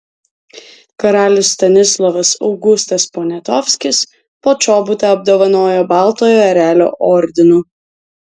karalius stanislovas augustas poniatovskis počobutą apdovanojo baltojo erelio ordinu